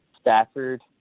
Stafford